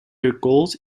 recalled